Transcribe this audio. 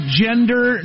gender